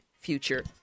future